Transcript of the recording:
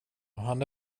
han